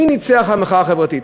מי ניצח על המחאה החברתית?